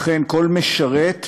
אכן, כל משרת שייך,